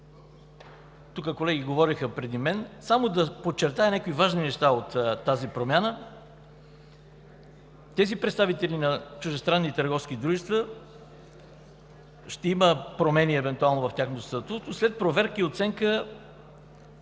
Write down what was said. колеги говориха преди мен. Само да подчертая някои важни неща от тази промяна. Онези представители на чуждестранни търговски дружества – ще има промени евентуално в тяхното статукво, след проверка и оценка